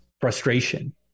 frustration